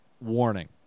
Warning